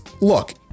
look